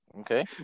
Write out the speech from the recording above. Okay